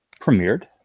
premiered